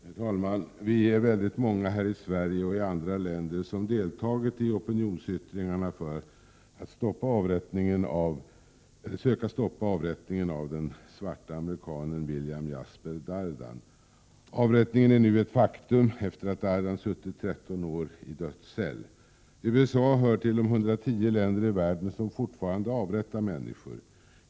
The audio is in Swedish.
Herr talman! Vi är väldigt många här i Sverige och i andra länder som har deltagit i opinionsyttringarna för att söka stoppa avrättningen av den svarta amerikanen William Jasper Darden. Avrättningen är nu ett faktum, efter det att Darden har suttit 13 år i dödscell. USA hör till de 110 länder i världen som fortfarande avrättar människor.